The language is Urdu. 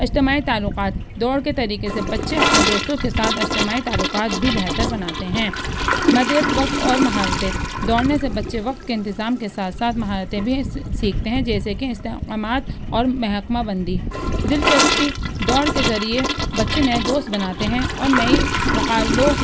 اجتماعی تعلقات دوڑ کے طریقے سے بچے اپنے دوستوں کے ساتھ اجتماعی تعلقات بھی بہتر بناتے ہیں مادیت وقت اور مہارتیں دوڑنے سے بچے وقت کے انتظام کے ساتھ ساتھ مہارتیں بھی سیکھتے ہیں جیسے کہ استحکامات اور محکمہ بندی دلچسپی دوڑ کے ذریعے بچے نئے دوست بناتے ہیں اور نئی مقالبوں